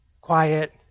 quiet